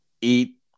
eat